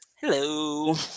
Hello